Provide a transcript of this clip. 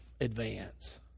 advance